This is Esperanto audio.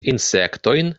insektojn